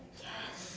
yes